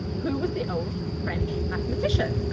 who was the old french mathematician.